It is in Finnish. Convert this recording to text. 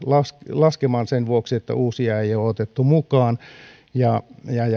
laskemaan sen vuoksi että uusia ei ole otettu mukaan ja